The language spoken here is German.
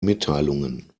mitteilungen